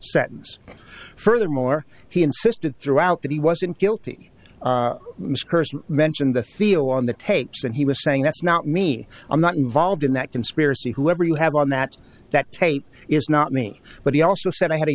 sentence furthermore he insisted throughout that he wasn't guilty mentioned the theo on the tapes and he was saying that's not me i'm not involved in that conspiracy whoever you have on that that tape is not me but he also said i had a